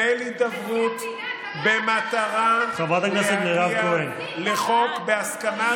ותנהל הידברות במטרה להגיע לחוק בהסכמה רחבה,